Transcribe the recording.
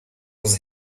was